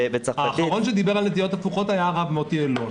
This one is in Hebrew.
האחרון שדיבר על נטיות הפוכות היה הרב מוטי אילון.